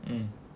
um